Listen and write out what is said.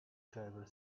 driver